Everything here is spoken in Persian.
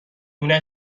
لونه